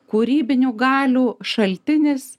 kūrybinių galių šaltinis